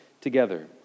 together